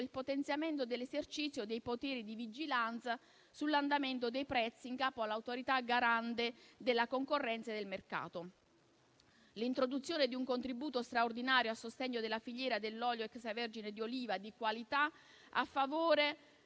il potenziamento dell'esercizio dei poteri di vigilanza sull'andamento dei prezzi in capo all'Autorità garante della concorrenza e del mercato. L'introduzione di un contributo straordinario a sostegno della filiera dell'olio extravergine di oliva di qualità, a favore